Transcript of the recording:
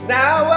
now